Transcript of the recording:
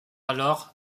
alors